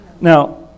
Now